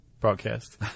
broadcast